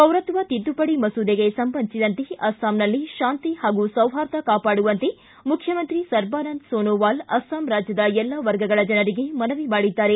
ಪೌರತ್ನ ತಿದ್ಲುಪಡಿ ಮಸೂದೆಗೆ ಸಂಬಂಧಿಸಿದಂತೆ ಅಸ್ಸಾಂನಲ್ಲಿ ಶಾಂತಿ ಹಾಗೂ ಸೌಹಾರ್ದ ಕಾಪಾಡುವಂತೆ ಮುಖ್ಯಮಂತ್ರಿ ಸರ್ಬಾನಂದ ಸೋನೊವಾಲ್ ಅಸ್ಸಾಂ ರಾಜ್ಯದ ಎಲ್ಲಾ ವರ್ಗಗಳ ಜನರಿಗೆ ಮನವಿ ಮಾಡಿದ್ದಾರೆ